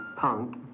punk